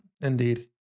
indeed